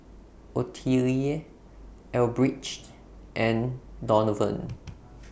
Ottilie Elbridge and Donovan